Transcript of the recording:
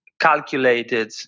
calculated